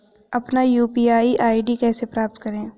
अपना UPI ID कैसे प्राप्त करें?